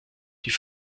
die